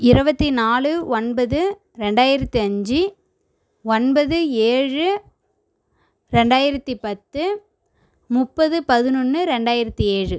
இருவத்தி நாலு ஒன்பது ரெண்டாயிரத்து அஞ்சு ஒன்பது ஏழு ரெண்டாயிரத்து பத்து முப்பது பதினொன்னு ரெண்டாயிரத்தி ஏழு